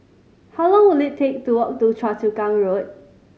how long will it take to walk to Choa Chu Kang Road